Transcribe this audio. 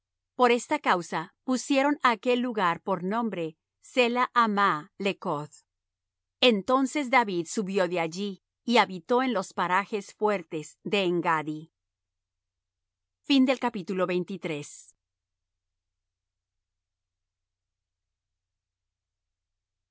por esta causa pusieron á aquel lugar por nombre sela hammah lecoth entonces david subió de allí y habitó en los parajes fuertes en engaddi y